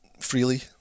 freely